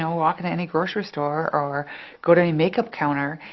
so walk into any grocery store or go to any makeup counter,